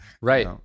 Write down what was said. right